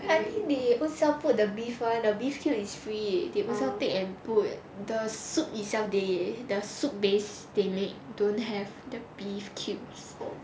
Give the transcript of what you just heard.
I think they own self put the beef [one] the beef cube is free they own self take and put the soup itself they the soup base they make don't have the beef cubes